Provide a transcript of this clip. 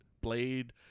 blade